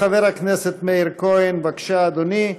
חבר הכנסת מאיר כהן, בבקשה, אדוני,